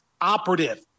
operative